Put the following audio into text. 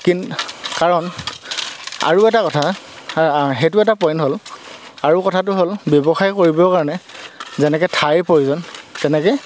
কিন কাৰণ আৰু এটা কথা সেইটো এটা পইণ্ট হ'ল আৰু কথাটো হ'ল ব্যৱসায় কৰিবৰ কাৰণে যেনেকৈ ঠাইৰ প্ৰয়োজন তেনেকৈ